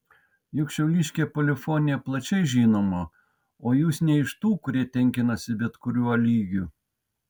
juk šiauliškė polifonija plačiai žinoma o jūs ne iš tų kurie tenkinasi bet kuriuo lygiu